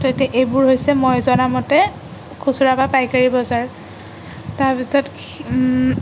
তাতে এইবোৰ হৈছে মই জনামতে খুচুৰা বা পাইকাৰী বজাৰ তাৰপিছত